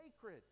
sacred